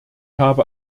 habe